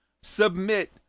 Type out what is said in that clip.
submit